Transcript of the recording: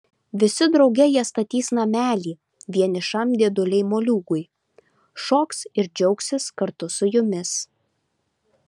visi drauge jie statys namelį vienišam dėdulei moliūgui šoks ir džiaugsis kartu su jumis